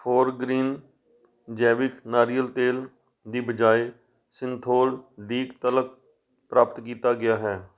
ਫੋਰਗ੍ਰੀਨ ਜੈਵਿਕ ਨਾਰੀਅਲ ਤੇਲ ਦੀ ਬਜਾਏ ਸਿੰਥੋਲ ਡੀਕ ਤਲਕ ਪ੍ਰਾਪਤ ਕੀਤਾ ਗਿਆ ਹੈ